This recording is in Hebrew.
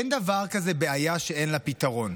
אין דבר כזה בעיה שאין לה פתרון.